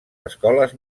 escoles